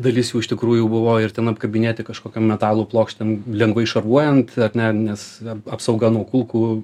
dalis jų iš tikrųjų buvo ir ten apkabinėti kažkokio metalo plokštėm lengvai šarvojant ar ne nes apsauga nuo kulkų